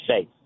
safe